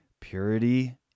purity